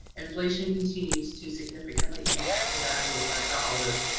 inflation continues to significantly impact the value of our dollars,